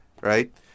Right